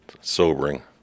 Sobering